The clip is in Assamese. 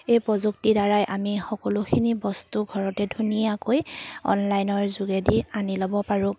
এই প্ৰযুক্তিৰ দ্বাৰাই আমি সকলোখিনি বস্তু ঘৰতে ধুনীয়াকৈ অনলাইনৰ যোগেদি আনি ল'ব পাৰোঁ